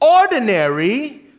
ordinary